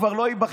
כבר לא ייבחר.